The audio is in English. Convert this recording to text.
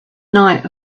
night